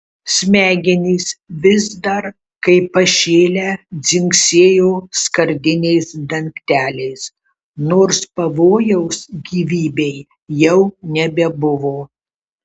smegenys vis dar kaip pašėlę dzingsėjo skardiniais dangteliais nors pavojaus gyvybei jau nebebuvo